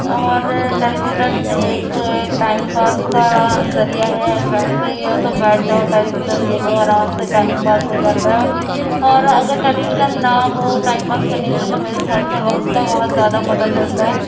اور television ایک time pass کا ذریعہ ہے فری ہو تو بیٹھ جاؤ ٹیلی ویژن دیکھو آرام سے ٹائم پاس ہو جاتا ہے اور اگر ٹیلی ویژن نہ ہو ئائم پاس کرنے کے لیے تو میرے خیال سے وقت کا بہت زیادہ پتا چلتا ہے